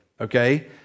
Okay